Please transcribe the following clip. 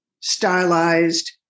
stylized